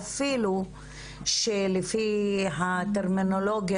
אפילו שלפי הטרמינולוגיה